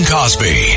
Cosby